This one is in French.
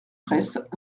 fraysse